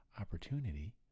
opportunity